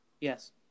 Yes